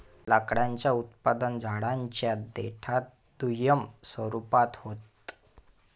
लाकडाचं उत्पादन झाडांच्या देठात दुय्यम स्वरूपात होत